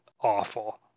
awful